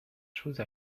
chose